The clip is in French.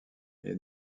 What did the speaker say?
est